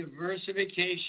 diversification